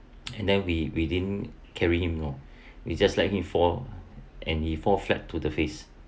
and then we didn't carry him you know we just let him fall and he fall flat to the face